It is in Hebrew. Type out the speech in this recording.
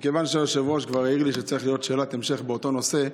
מכיוון שהיושב-ראש כבר העיר לי שצריכה להיות שאלת המשך באותו נושא,